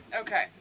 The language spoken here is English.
Okay